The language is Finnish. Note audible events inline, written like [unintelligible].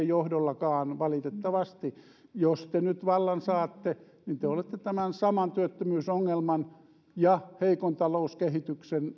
[unintelligible] johdolla valitettavasti jos te nyt vallan saatte niin te olette tämän saman työttömyysongelman ja heikon talouskehityksen